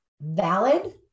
valid